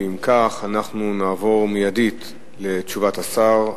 אם כך, אנחנו נעבור מיידית לתשובת השר.